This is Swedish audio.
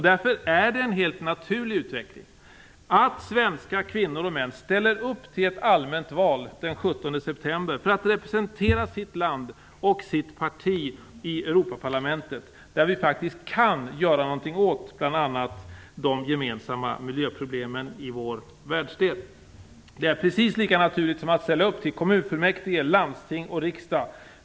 Därför är det en helt naturlig utveckling att svenska kvinnor och män ställer upp till ett allmänt val den 17 september för att representera sitt land och sitt parti i Europaparlamentet, där vi faktiskt kan göra någonting åt bl.a. de gemensamma miljöproblemen i vår världsdel. Det är precis lika naturligt som att ställa upp i val till kommunfullmäktige, landsting och riksdag.